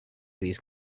these